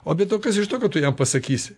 o be to kas iš to kad tu jam pasakysi